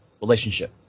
relationship